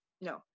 No